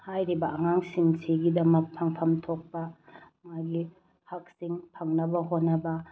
ꯍꯥꯏꯔꯤꯕ ꯑꯉꯥꯡꯁꯤꯡꯁꯤꯒꯤꯗꯃꯛ ꯐꯪꯐꯝ ꯊꯣꯛꯄ ꯃꯥꯒꯤ ꯍꯛꯁꯤꯡ ꯐꯪꯅꯕ ꯍꯣꯠꯅꯕ